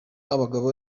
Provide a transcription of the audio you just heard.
abagabo